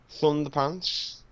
Thunderpants